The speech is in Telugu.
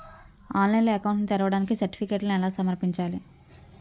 ఆన్లైన్లో అకౌంట్ ని తెరవడానికి సర్టిఫికెట్లను ఎలా సమర్పించాలి?